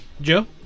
Joe